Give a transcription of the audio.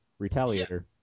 Retaliator